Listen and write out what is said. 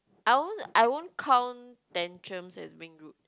I won't I won't count tantrums as being rude